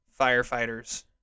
firefighters